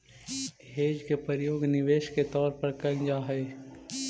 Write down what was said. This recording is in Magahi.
हेज के प्रयोग निवेश के तौर पर कैल जा हई